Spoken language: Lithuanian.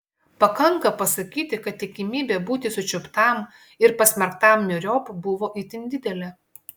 pakanka pasakyti kad tikimybė būti sučiuptam ir pasmerktam myriop buvo itin didelė